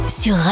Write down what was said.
sur